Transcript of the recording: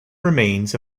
remains